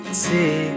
see